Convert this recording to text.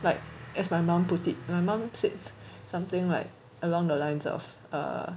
like if my mum put it my mum said something like along the lines of err